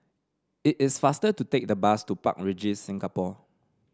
it is faster to take the bus to Park Regis Singapore